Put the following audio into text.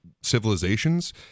civilizations